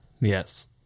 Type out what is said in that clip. Yes